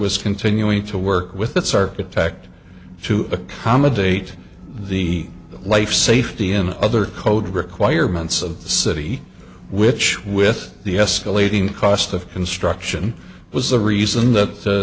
was continuing to work with its architect to accommodate the life safety in other code requirements of the city which with the escalating cost of construction was the reason that